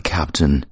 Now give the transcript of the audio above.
Captain